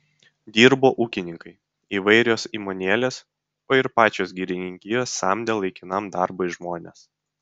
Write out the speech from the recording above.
dirbo ūkininkai įvairios įmonėlės o ir pačios girininkijos samdė laikinam darbui žmones